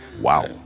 Wow